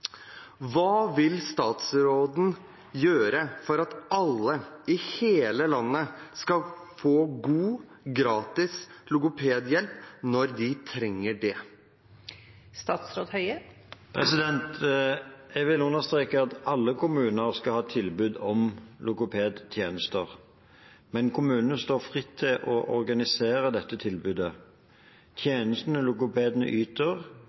Hva vil statsråden gjøre for at alle i hele landet skal få god, gratis logopedhjelp når de trenger det?» Jeg vil understreke at alle kommuner skal ha tilbud om logopedtjenester. Men kommunene står fritt til å organisere dette tilbudet. Tjenestene logopedene yter,